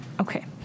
Okay